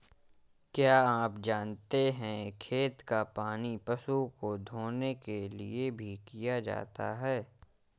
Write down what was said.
क्या आप जानते है खेत का पानी पशु को धोने के लिए भी किया जाता है?